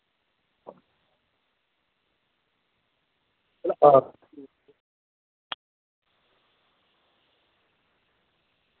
आं